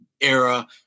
era